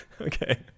Okay